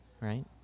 right